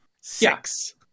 six